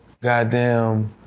goddamn